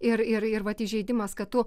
ir ir ir vat įžeidimas kad tu